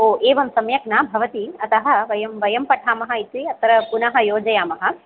ओ एवं सम्यक् न भवति अतः वयं वयं पठामः इति अत्र पुनः योजयामः